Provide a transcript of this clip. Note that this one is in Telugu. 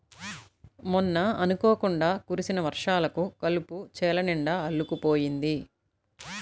మొన్న అనుకోకుండా కురిసిన వర్షాలకు కలుపు చేలనిండా అల్లుకుపోయింది